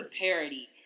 parody